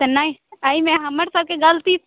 नहि एहिमे हमर सबकेँ गलती